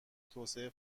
توسعه